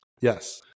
Yes